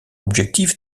objectif